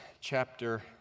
chapter